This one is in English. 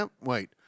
wait